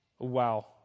Wow